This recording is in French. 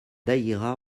daïra